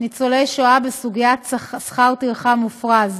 ניצולי שואה בסוגיית שכר טרחה מופרז.